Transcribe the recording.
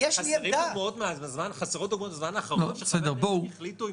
חסרות דוגמאות מן הזמן האחרון שחברי כנסת החליטו אם